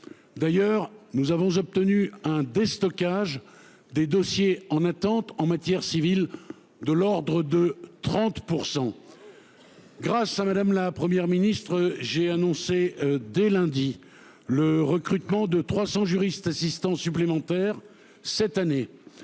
D'ailleurs nous avons obtenu un déstockage des dossiers en attente, en matière civile de l'ordre de 30%. Grâce à madame, la Première ministre. J'ai annoncé dès lundi le recrutement de 300 juristes assistants supplémentaires cette année.